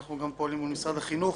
אנחנו פועלים עם משרד החינוך